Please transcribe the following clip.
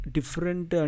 Different